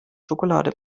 schokolade